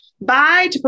Bye